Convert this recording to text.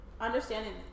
understanding